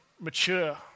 mature